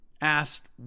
asked